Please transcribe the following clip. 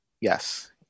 Yes